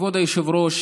כבוד היושבת-ראש,